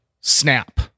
snap